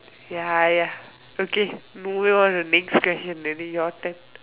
ya ya okay maybe go to next question already your turn